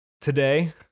Today